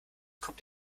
kommt